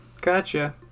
Gotcha